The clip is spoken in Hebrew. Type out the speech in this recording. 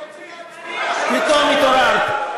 תגיד את האמת, שלא רצית להיות שר הקליטה.